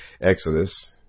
Exodus